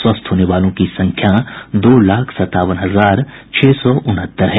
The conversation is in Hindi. स्वस्थ होने वालों की संख्या दो लाख सतावन हजार छह सौ उनहत्तर है